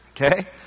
Okay